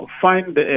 find